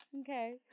Okay